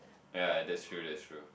ya that's true that's true